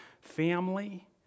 family